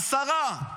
עשרה.